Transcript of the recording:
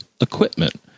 equipment